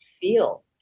feel